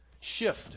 shift